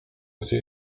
gdzie